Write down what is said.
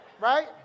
right